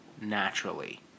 naturally